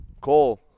Cole